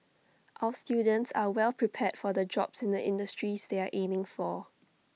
our students are well prepared for the jobs in the industries they are aiming for